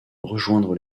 rejoindre